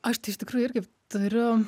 aš tai iš tikrųjų irgi turiu